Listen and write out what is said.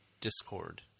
discord